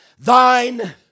Thine